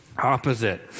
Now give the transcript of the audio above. opposite